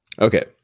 Okay